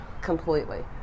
Completely